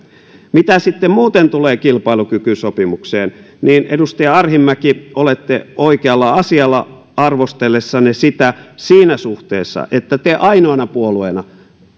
mitä sitten muuten tulee kilpailukykysopimukseen niin edustaja arhinmäki olette oikealla asialla arvostellessanne sitä siinä suhteessa että te vasemmistoliitto ainoana puolueena